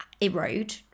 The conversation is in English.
erode